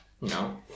No